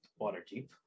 Waterdeep